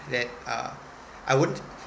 that uh I won't